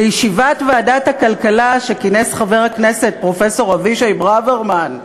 בישיבת ועדת הכלכלה שכינס חבר הכנסת פרופסור אבישי ברוורמן,